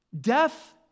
Death